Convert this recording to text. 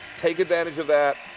take advantage of that.